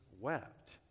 wept